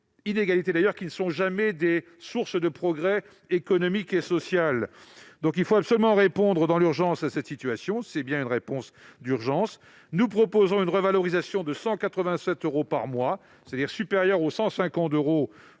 inégalités, qui, d'ailleurs, ne sont jamais sources de progrès économique et social ? Il faut absolument répondre, dans l'urgence, à cette situation. C'est bien une réponse d'urgence que nous proposons, une revalorisation de 187 euros par mois, c'est-à-dire supérieure aux 150 euros